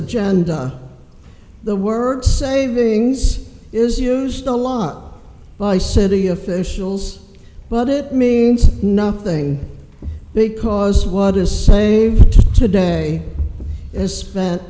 agenda the word savings is used a lot by city officials but it means nothing because what is saved today is spent